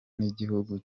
n’igihugu